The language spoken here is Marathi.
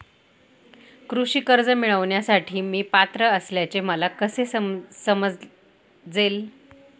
कृषी कर्ज मिळविण्यासाठी मी पात्र असल्याचे मला कसे समजेल?